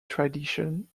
tradition